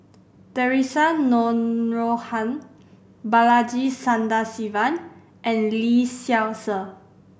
Theresa Noronha Balaji Sadasivan and Lee Seow Ser